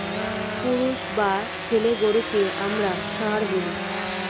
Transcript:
পুরুষ বা ছেলে গরুকে আমরা ষাঁড় বলি